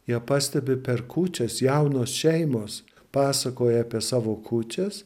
jie pastebi per kūčias jaunos šeimos pasakoja apie savo kūčias